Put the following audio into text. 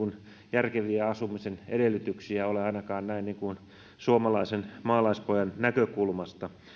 järkeviä asumisen edellytyksiä ole ainakaan näin suomalaisen maalaispojan näkökulmasta